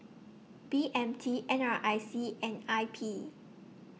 B M T N R I C and I P